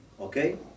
okay